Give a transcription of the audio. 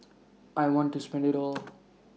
I want to spend IT all